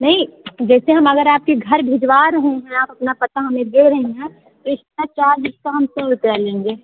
नहीं जैसे हम अगर आपके घर भिजवा रहे हैं आप अपना पता हमें दे रही हैं तो इक्स्ट्रा चार्ज उसका हम सौ रुपया लेंगे